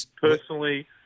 personally